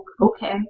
Okay